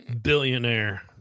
billionaire